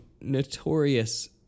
notorious